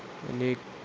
आणिक